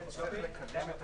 10:55.